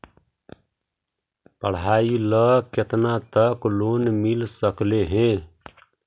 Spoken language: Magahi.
पढाई ल केतना तक लोन मिल सकले हे?